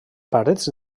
parets